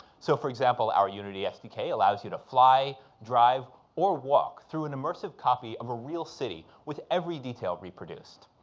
so for example, our unity sdk allows you to fly, drive or walk through an immersive copy of a real city with every detail reproduced.